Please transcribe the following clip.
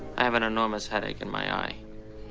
i have an enormous headache in my eye